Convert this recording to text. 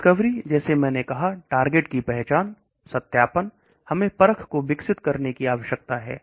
discovery जैसे मैंने कहा टारगेट की पहचान सत्यापन हमें पर को करने की आवश्यकता है